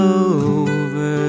over